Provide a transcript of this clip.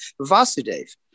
Vasudev